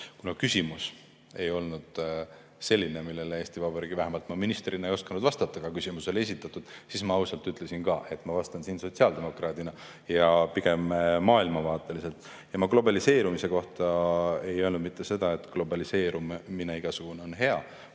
Kuna küsimus [oli] selline, millele ma Eesti Vabariigi ministrina ei osanud vastata, aga küsimus oli esitatud, siis ma ausalt ütlesin ka, et ma vastan siin sotsiaaldemokraadina ja pigem maailmavaateliselt. Ma globaliseerumise kohta ei öelnud mitte seda, et igasugune globaliseerumine on hea.